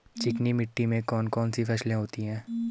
चिकनी मिट्टी में कौन कौन सी फसलें होती हैं?